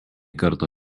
karto